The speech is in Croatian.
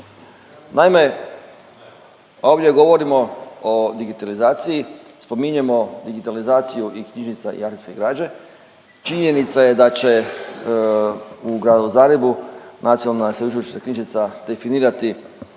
Naime ovdje govorimo o digitalizaciji, spominjemo digitalizaciju i knjižnica i arhivske građe. Činjenica je da će u gradu Zagrebu Nacionalna sveučilišna knjižnica definirati